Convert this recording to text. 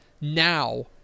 now